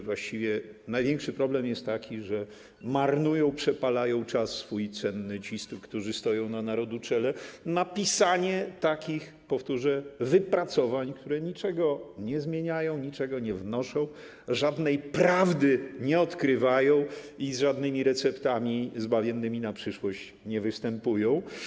Właściwie największy problem jest taki, że marnują, przepalają swój cenny czas ci, którzy stoją na narodu czele, na pisanie takich, powtórzę, wypracowań, które niczego nie zmieniają, niczego nie wnoszą, żadnej prawdy nie odkrywają i z żadnymi zbawiennymi receptami na przyszłość nie występują.